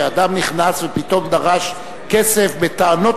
שאדם נכנס ופתאום דרש כסף בטענות